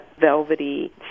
velvety